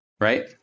Right